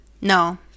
no